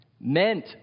Meant